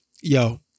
Yo